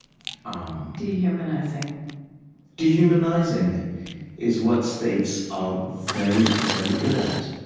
um dehumanizing dehumanizing is what states are very, very good at,